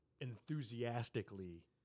enthusiastically –